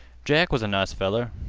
jack was a nice feller.